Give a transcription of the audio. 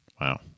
Wow